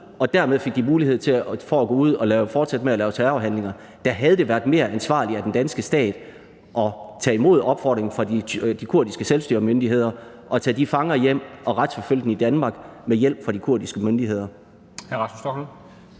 og dermed fik de mulighed for at gå ud og fortsætte med at lave terrorhandlinger. Der havde det været mere ansvarligt af den danske stat at tage imod opfordringen fra de kurdiske selvstyremyndigheder og tage de fanger hjem og retsforfølge dem i Danmark med hjælp fra de kurdiske myndigheder.